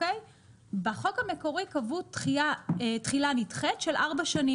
בחוק המקורי קבעו תחילה נדחית של ארבע שנים.